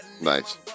Nice